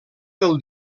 pel